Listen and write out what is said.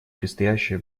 предстоящие